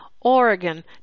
Oregon